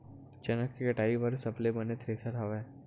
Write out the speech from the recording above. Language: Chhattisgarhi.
चना के कटाई बर सबले बने थ्रेसर हवय?